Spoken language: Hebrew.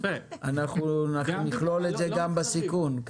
אנחנו נכלול את זה גם בסיכום.